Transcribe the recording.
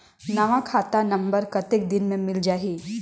नवा खाता नंबर कतेक दिन मे मिल जाही?